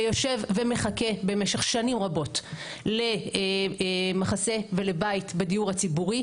ויושב ומחכה במשך שנים רבות למחסה ולבית בדיור הציבורי,